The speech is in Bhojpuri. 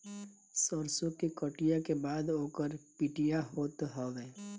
सरसो के कटिया के बाद ओकर पिटिया होत हवे